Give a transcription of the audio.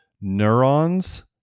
neurons